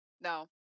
No